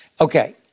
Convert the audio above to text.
Okay